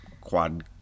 quad